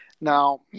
Now